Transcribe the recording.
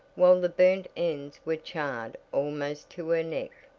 while the burnt ends were charred almost to her neck,